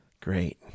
great